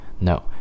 No